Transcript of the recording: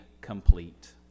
complete